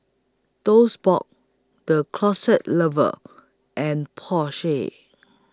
Toast Box The Closet Lover and Porsche